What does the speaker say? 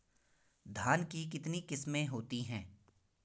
धान की कितनी किस्में होती हैं?